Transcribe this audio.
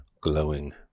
glowing